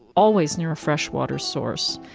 always near a freshwater source.